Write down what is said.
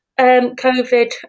COVID